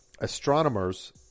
astronomers